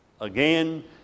again